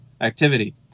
Activity